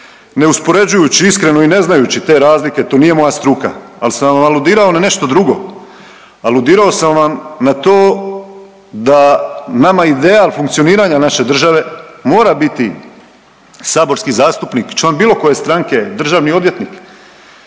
neuspoređujući iskreno i ne znajući te razlike, to nije moja struka, ali sam aludirao na nešto drugo. Aludirao sam vam na to da nama ideal funkcioniranja naše države mora biti saborski zastupnik, član bilo koje stranke, državni odvjetnik,